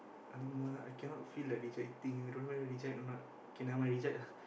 !alamak! I cannot feel like rejecting I don't know whether reject or not okay never mind reject lah